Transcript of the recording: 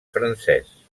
francès